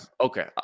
okay